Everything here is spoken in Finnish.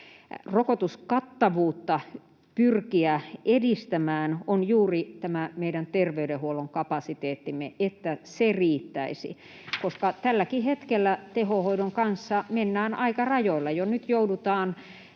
rokotuskattavuutta pyrkiä edistämään, on juuri tämä meidän terveydenhuollon kapasiteettimme, että se riittäisi, koska tälläkin hetkellä tehohoidon kanssa mennään aika rajoilla.